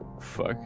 Fuck